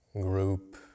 group